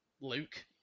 Luke